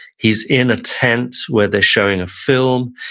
he's in a tent where they're showing a film.